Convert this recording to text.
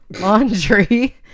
Laundry